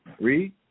Read